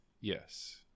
Yes